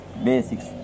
Basics